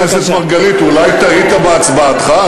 חבר הכנסת מרגלית, אולי טעית בהצבעתך?